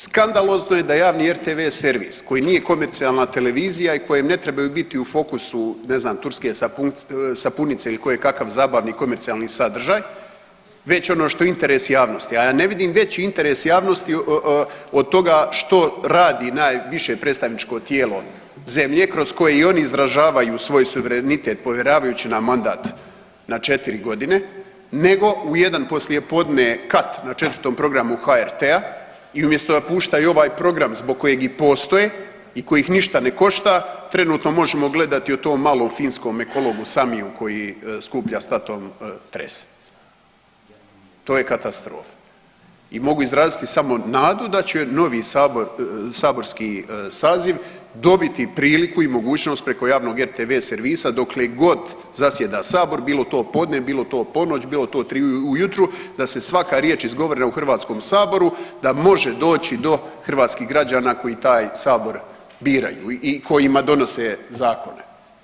Skandalozno je da javni RTV servis koji nije komercijalna televizija i kojem ne trebaju biti u fokusu ne znam turske sapunice ili koje kakav zabavni komercijalni sadržaj već ono što je interes javnosti, a ja ne vidim veći interes javnosti od toga što radi najviše predstavničko tijelo zemlje kroz koje i oni izražavaju svoj suverenitet povjeravajući nam mandat na 4.g. nego u jedan poslije podne kat na 4. programu HRT-a i umjesto da puštaju ovaj program zbog kojeg i postoje i koji ih ništa ne košta trenutno možemo gledati o tom malom finskom ekologu Samiju koji skuplja s tatom … [[Govornik se ne razumije]] To je katastrofa i mogu izraziti samo nadu da će novi sabor, saborski saziv dobiti priliku i mogućnost preko javnog RTV servisa dokle god zasjeda sabor bilo to u podne, bilo to u ponoć, bilo to u 3 ujutro da se svaka riječ izgovorena u HS da može doći do hrvatskih građana koji taj sabor biraju i kojima donose zakone.